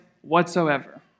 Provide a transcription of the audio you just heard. whatsoever